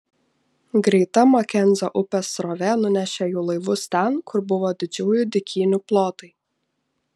greita makenzio upės srovė nunešė jų laivus ten kur buvo didžiųjų dykynių plotai